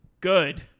good